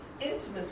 intimacy